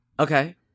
Okay